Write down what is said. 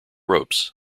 ropes